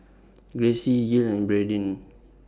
Gracie Gil and Bradyn